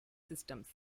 systems